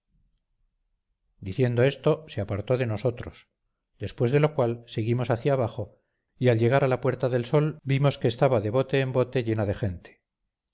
diciendo esto se apartó de nosotros después de lo cual seguimos hacia abajo y al llegar a la puerta del sol vimos que estaba de bote en bote llena de gente